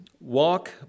walk